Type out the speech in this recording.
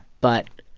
but